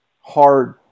hard